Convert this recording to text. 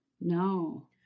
No